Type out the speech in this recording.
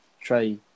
try